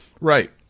Right